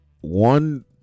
one